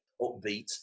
upbeat